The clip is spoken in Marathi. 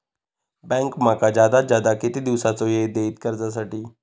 बँक माका जादात जादा किती दिवसाचो येळ देयीत कर्जासाठी?